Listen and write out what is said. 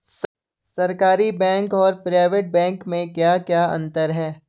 सरकारी बैंक और private bank में क्या क्या अंतर हैं?